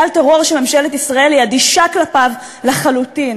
גל טרור שממשלת ישראל אדישה כלפיו לחלוטין.